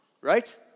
right